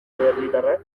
herritarra